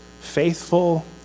faithful